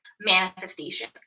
manifestation